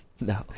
No